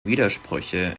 widersprüche